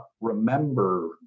remember